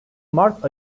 mart